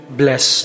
bless